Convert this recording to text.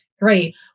Great